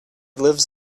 lives